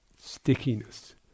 stickiness